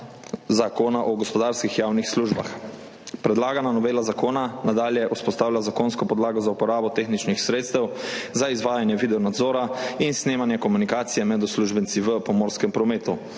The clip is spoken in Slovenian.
Zakona o gospodarskih javnih službah. Predlagana novela zakona nadalje vzpostavlja zakonsko podlago za uporabo tehničnih sredstev za izvajanje videonadzora in snemanje komunikacije med uslužbenci v pomorskem prometu